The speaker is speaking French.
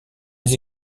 les